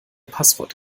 passwort